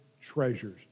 treasures